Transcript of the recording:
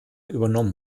übernommen